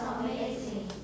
amazing